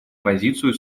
позицию